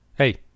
Hey